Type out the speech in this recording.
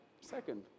second